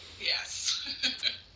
Yes